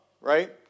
right